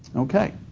okay.